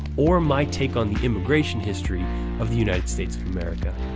or my take on the immigration history of the united states of america.